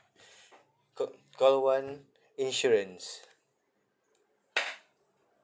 ca~ call one insurance